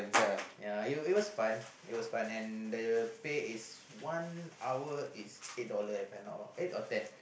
ya it was it was fun it was fun and the pay is one hour is eight dollar if I'm not wrong eight or ten